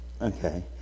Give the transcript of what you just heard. Okay